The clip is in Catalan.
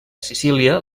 sicília